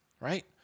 Right